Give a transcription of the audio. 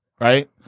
right